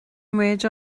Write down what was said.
muid